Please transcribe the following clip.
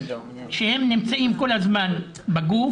שנמצאים כל הזמן בגוף,